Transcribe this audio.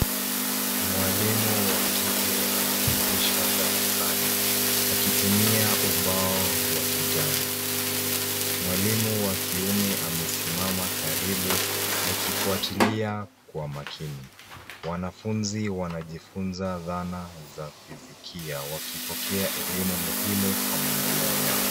Mwalimu wa kike anafundisha darasani akitumia ubao wa kijani. Mwalimu wa kiume amesimama karibu akifuatilia kwa makini. Wanafunzi wanajifunza Sana za kifisikia wakipokea elimu muhimu kwa maendeleo yao.